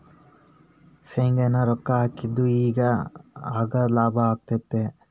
ಶೆರ್ನ್ಯಾಗ ರೊಕ್ಕಾ ಹಾಕಿದ್ದು ಈಗ್ ಅಗ್ದೇಲಾಭದಾಗೈತಿ